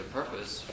purpose